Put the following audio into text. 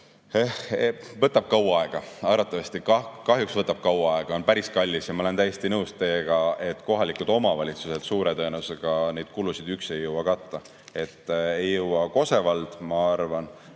võtab kaua aega. Arvatavasti see kahjuks võtab kaua aega ja on päris kallis. Ma olen täiesti nõus teiega, et kohalikud omavalitsused suure tõenäosusega neid kulusid üksi ei jõua katta. Ei jõua Kose vald, ma arvan,